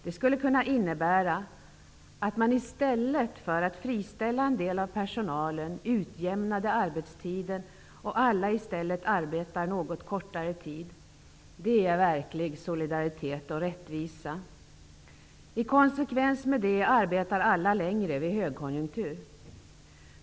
Det skulle kunna innebära att man i stället för att friställa en del av personalen utjämnade arbetstiden och alla i stället arbetade något kortare tid. Det är verklig solidaritet och rättvisa. I konsekvens med det skulle alla arbeta längre vid högkonjunktur.